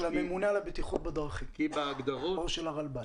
הממונה על הבטיחות בדרכים או של הרלב"ד.